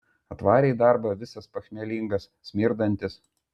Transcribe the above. atvarė į darbą visas pachmielingas smirdantis